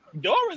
Doris